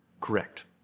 Correct